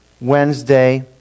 Wednesday